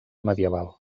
medieval